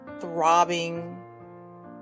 throbbing